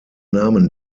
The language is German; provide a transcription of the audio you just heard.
namen